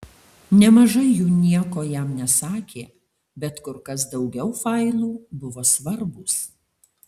nemažai jų nieko jam nesakė bet kur kas daugiau failų buvo svarbūs